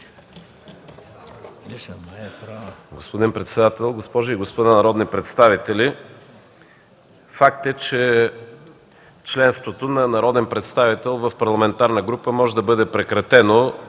Господин председател, госпожи и господа народни представители! Факт е, че членството на народен представител в парламентарна група може да бъде прекратено